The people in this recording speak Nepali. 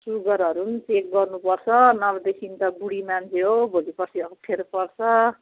सुगरहरू पनि चेक गर्नुपर्छ नभदेखि त बुढी मान्छे हो भोलि पर्सि अब अप्ठ्यारो पर्छ